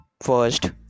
First